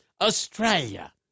Australia